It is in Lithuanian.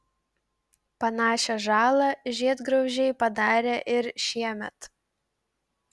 panašią žalą žiedgraužiai padarė ir šiemet